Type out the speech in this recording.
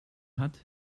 hat